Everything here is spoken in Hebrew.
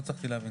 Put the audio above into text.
לא הבנתי.